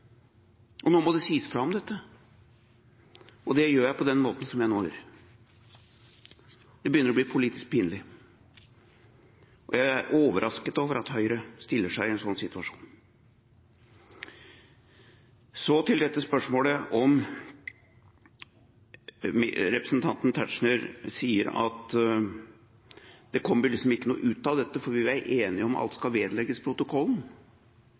seg. Nå må det sies fra om dette, og det gjør jeg på den måten som jeg nå gjør. Det begynner å bli politisk pinlig, og jeg er overrasket over at Høyre stiller seg i en sånn situasjon. Representanten Tetzschner sier at det ikke kommer noe ut av dette, fordi vi er enige om at alt skal vedlegges protokollen.